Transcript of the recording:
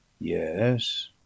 Yes